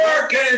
Working